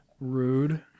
rude